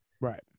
Right